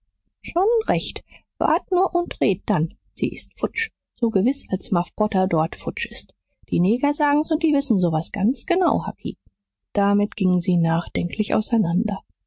schon recht wart nur und red dann sie ist futsch so gewiß als muff potter dort futsch ist die neger sagen's und die wissen so was ganz genau hucky damit gingen sie nachdenklich auseinander